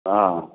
হ্যাঁ